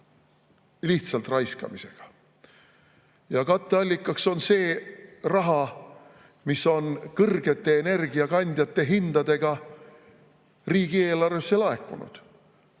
lihtsalt raiskamisega. Ja katteallikaks on see raha, mis on kõrgete energiakandjate hindadega riigieelarvesse laekunud.